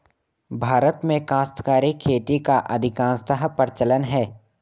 भारत में काश्तकारी खेती का अधिकांशतः प्रचलन है